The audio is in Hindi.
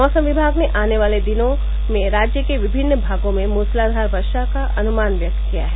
मौसम विभाग ने आने वाले दिनों राज्य के विभिन्न भागों में मूसलाधार वर्षा का अनुमान व्यक्त किया है